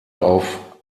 auf